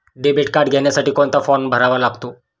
Debit card घेण्यासाठी कोणता form भरावा लागतो?